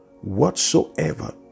whatsoever